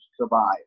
survive